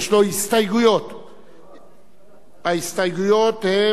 יש לו שתי הסתייגויות.